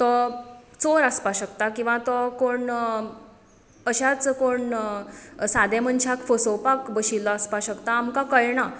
तो चोर आसपाक शकता किंवा तो कोण अश्याच कोण सादे मनशाक फसोवपाक बशिल्लो आसपाक शकता आमकां कळना